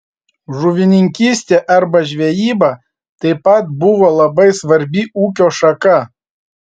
žuvininkystė arba žvejyba taip pat buvo labai svarbi ūkio šaka